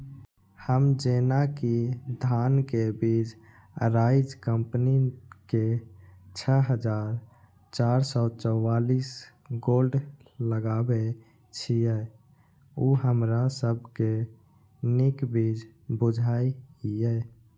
हम जेना कि धान के बीज अराइज कम्पनी के छः हजार चार सौ चव्वालीस गोल्ड लगाबे छीय उ हमरा सब के नीक बीज बुझाय इय?